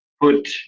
put